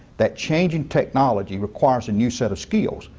that changing technology requires a new set of skills.